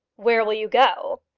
where will you go?